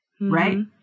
right